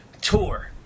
tour